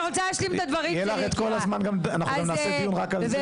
ונערוך דיון רק על זה.